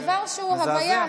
זה דבר שהוא הוויה,